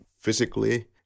physically